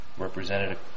represented